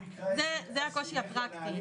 זה הקושי הפרקטי.